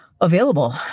available